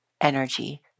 energy